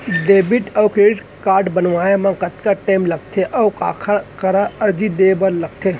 Debit अऊ credit card बनवाए मा कतका टेम लगथे, अऊ काखर करा अर्जी दे बर लगथे?